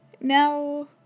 Now